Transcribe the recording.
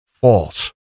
false